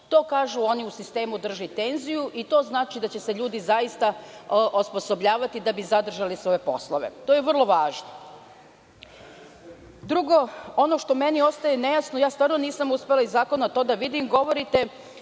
To kažu oni u sistemu, drži tenziju i to znači da će se ljudi zaista osposobljavati da bi zadržali svoje poslove. To je vrlo važno. Drugo, ono što mi ostaje nejasno, iz zakona nisam uspela da to vidim, govorite